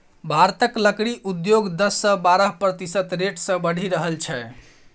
भारतक लकड़ी उद्योग दस सँ बारह प्रतिशत रेट सँ बढ़ि रहल छै